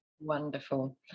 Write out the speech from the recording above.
wonderful